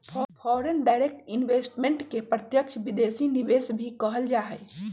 foreign direct investment के प्रत्यक्ष विदेशी निवेश भी कहल जा हई